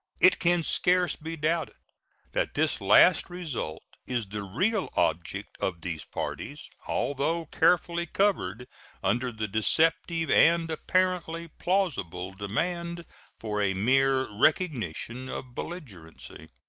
it can scarce be doubted that this last result is the real object of these parties, although carefully covered under the deceptive and apparently plausible demand for a mere recognition of belligerency.